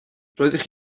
roeddech